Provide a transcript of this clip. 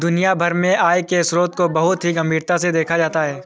दुनिया भर में आय के स्रोतों को बहुत ही गम्भीरता से देखा जाता है